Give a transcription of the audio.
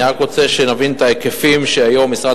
אני רק רוצה שנבין את ההיקפים שבהם משרד